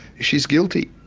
she's guilty.